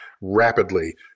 rapidly